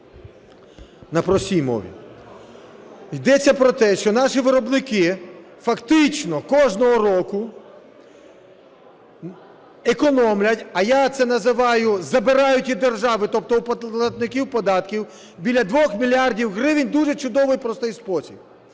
на простій мові. Йдеться про те, що наші виробники фактично кожного року економлять, а я це називаю "забирають у держави" тобто у платників податків, біля 2 мільярдів гривень в дуже чудовий і простий спосіб.